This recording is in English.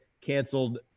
canceled